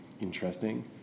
interesting